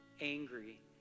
angry